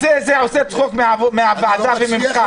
זה עושה צחוק מהוועדה וממך.